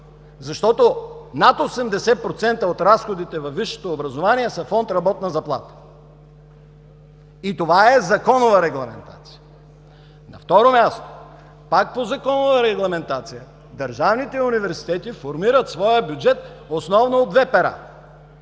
защото над 80% от разходите във висшето образование са Фонд „Работна заплата“. И това е законова регламентация. На второ място, пак по законова регламентация, държавните университети формират своя бюджет основно от две пера: